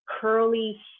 curly